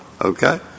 Okay